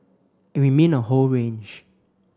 and we mean a whole range